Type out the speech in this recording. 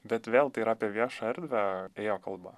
bet vėl tai yra apie viešą erdvę ėjo kalba